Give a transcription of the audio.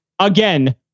Again